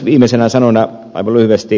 viimeisinä sanoina aivan lyhyesti